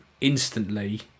Instantly